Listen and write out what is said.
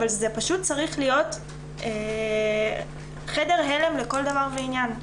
אבל זה פשוט צריך להיות חדר הלם לכל דבר ועניין,